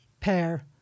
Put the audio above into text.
pair